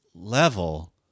level